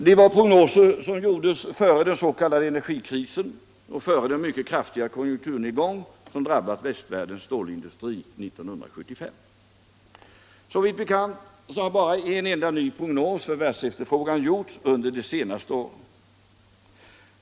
Det var prognoser som gjordes före den s.k. energikrisen och före den mycket kraftiga konjunkturnedgång som drabbade västvärldens stålindustri 1975. Såvitt bekant har bara en enda ny prognos för världsefterfrågan gjorts under de senaste åren.